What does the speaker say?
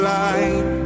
light